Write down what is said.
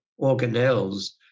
organelles